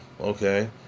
Okay